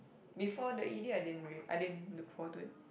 before the E_D I didn't really I didn't look forward to it